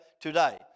today